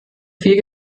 viel